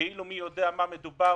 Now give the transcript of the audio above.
כאילו על מי יודע מה מדובר,